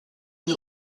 une